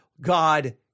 God